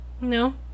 No